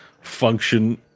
function